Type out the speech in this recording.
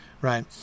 right